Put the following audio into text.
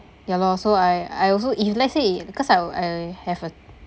ya loh so I I also if let's say if because I would I have a